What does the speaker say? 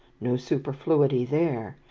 no superfluity there.